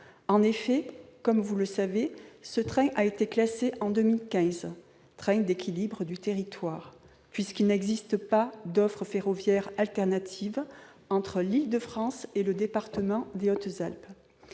Comme vous le savez, ce train a été classé en 2015 parmi les trains d'équilibre du territoire, puisqu'il n'existe pas d'offre ferroviaire alternative entre l'Île-de-France et le département des Hautes-Alpes.